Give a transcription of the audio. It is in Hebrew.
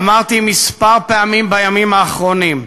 אמרתי כמה פעמים בימים האחרונים,